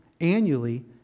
annually